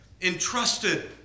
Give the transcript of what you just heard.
Entrusted